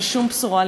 אבל שום בשורה,